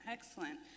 Excellent